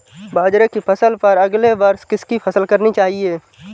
बाजरे की फसल पर अगले वर्ष किसकी फसल करनी चाहिए?